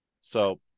so-